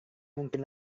mungkin